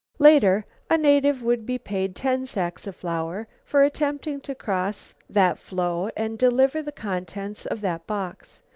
later a native would be paid ten sacks of flour for attempting to cross that floe and deliver the contents of that box.